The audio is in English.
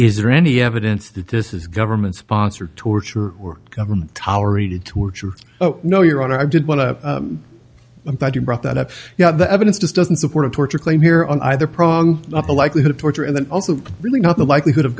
is there any evidence that this is government sponsored torture work government tolerated torture oh no your honor i did want to i'm glad you brought that up yeah the evidence just doesn't support of torture claim here on either prague the likelihood of torture and then also really not the likelihood of